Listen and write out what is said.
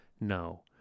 no